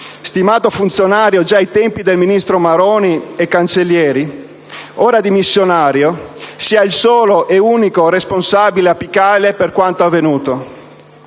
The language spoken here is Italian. stimato funzionario già ai tempi dei ministri Maroni e Cancellieri, ora dimissionario, sia il solo e unico responsabile apicale per quanto avvenuto.